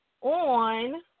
on